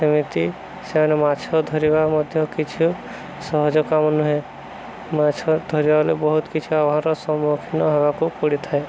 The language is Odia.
ସେମିତି ସେମାନେ ମାଛ ଧରିବା ମଧ୍ୟ କିଛି ସହଜ କାମ ନୁହେଁ ମାଛ ଧରିବା ବଲେ ବହୁତ କିଛି ସମ୍ମୁଖୀନ ହେବାକୁ ପଡ଼ିଥାଏ